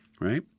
right